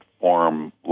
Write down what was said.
form